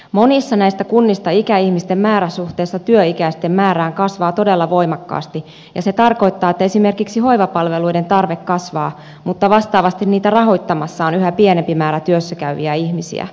monissa näistä kunnista ikäihmisten määrä suhteessa työikäisten määrään kasvaa todella voimakkaasti ja se tarkoittaa että esimerkiksi hoivapalveluiden tarve kasvaa mutta vastaavasti niitä rahoittamassa on yhä pienempi määrä työssä käyviä ihmisiä